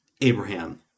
Abraham